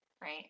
right